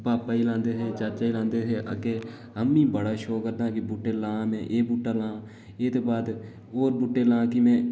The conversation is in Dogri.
पापा जी लांदे हे चाचा जी लांदे है अग्गे अ'ऊं बी बड़ा शौक करदा हा बूहटे लां ते एह् बूह्टा लां ते ऐदे बाद और बूह्टे लां कि